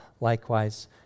likewise